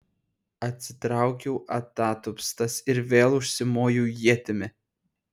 atsitraukiau atatupstas ir vėl užsimojau ietimi